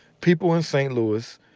people in st. louis,